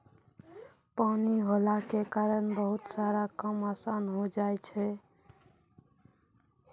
पानी होला के कारण बहुते सारा काम आसान होय जाय छै